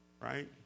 right